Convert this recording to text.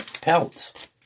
pelts